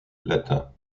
latin